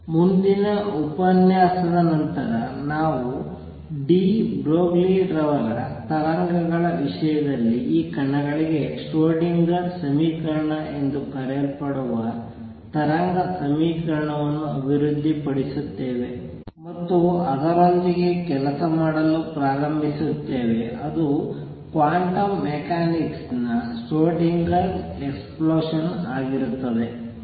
ಮುಂದಿನ ಉಪನ್ಯಾಸದ ನಂತರ ನಾವು ದ ಬ್ರೊಗ್ಲಿ ರವರ ತರಂಗಗಳ ವಿಷಯದಲ್ಲಿ ಈ ಕಣಗಳಿಗೆ ಶ್ರೊಡಿಂಗರ್ Schrödinger ಸಮೀಕರಣ ಎಂದು ಕರೆಯಲ್ಪಡುವ ತರಂಗ ಸಮೀಕರಣವನ್ನು ಅಭಿವೃದ್ಧಿಪಡಿಸುತ್ತೇವೆ ಮತ್ತು ಅದರೊಂದಿಗೆ ಕೆಲಸ ಮಾಡಲು ಪ್ರಾರಂಭಿಸುತ್ತೇವೆ ಅದು ಕ್ವಾಂಟಮ್ ಮೆಕ್ಯಾನಿಕ್ಸ್ ನ ಶ್ರೊಡಿಂಗರ್ Schrödinger ಎಕ್ಸ್ಪ್ಲೋಷನ್ ಆಗಿರುತ್ತದೆ